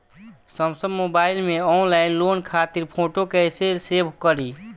Samsung mobile में online loan खातिर photo कैसे सेभ करीं?